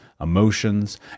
emotions